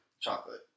Chocolate